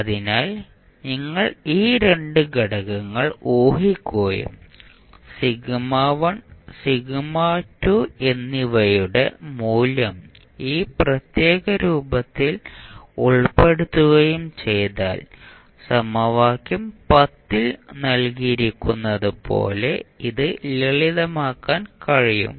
അതിനാൽ നിങ്ങൾ ഈ 2 ഘടകങ്ങൾ ഊഹിക്കുകയും എന്നിവയുടെ മൂല്യം ഈ പ്രത്യേക രൂപത്തിൽ ഉൾപ്പെടുത്തുകയും ചെയ്താൽ സമവാക്യം ൽ നൽകിയിരിക്കുന്നതുപോലെ ഇത് ലളിതമാക്കാൻ കഴിയും